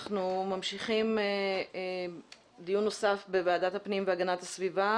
אנחנו ממשיכים דיון נוסף בוועדת הפנים והגנת הסביבה